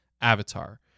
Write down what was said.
Avatar